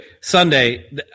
Sunday